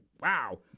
wow